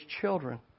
children